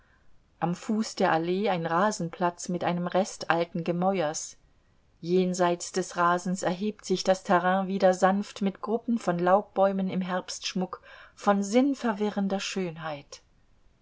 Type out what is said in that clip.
am fuß der allee ein rasenplatz mit einem rest alten gemäuers jenseits des rasens erhebt sich das terrain wieder sanft mit gruppen von laubbäumen im herbstschmuck von sinnverwirrender schönheit